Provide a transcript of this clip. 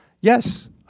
Yes